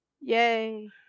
Yay